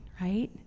right